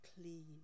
clean